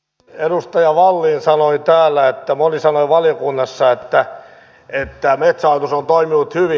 edustaja wallin sanoi täällä että moni sanoi valiokunnassa että metsähallitus on toiminut hyvin